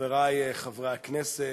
חברי חברי הכנסת,